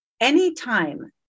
anytime